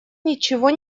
ничего